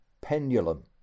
pendulum